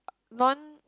non